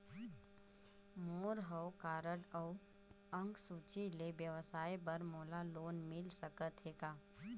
मोर हव कारड अउ अंक सूची ले व्यवसाय बर मोला लोन मिल सकत हे का?